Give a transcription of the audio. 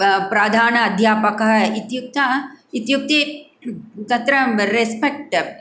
प्रधान अध्यापकः इत्युक्ते इत्युक्ते रेस्पेक्ट्